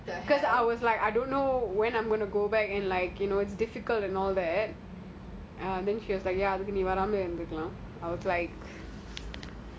what what the hell